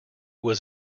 was